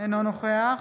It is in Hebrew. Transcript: אינו נוכח